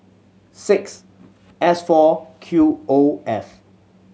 six S four Q O F